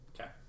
Okay